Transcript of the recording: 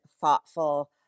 thoughtful